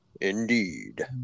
Indeed